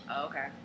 Okay